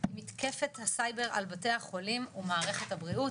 עם מתקפת הסייבר על בתי החולים ומערכת הבריאות